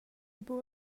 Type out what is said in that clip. buc